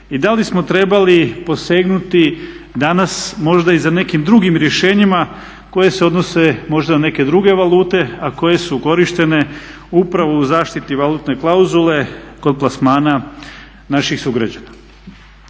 i da li smo trebali posegnuti danas možda i za nekim drugim rješenjima koje se odnose možda na neke druge valute, a koje su korištene upravo u zaštiti valutne klauzule kod plasmana naših sugrađana.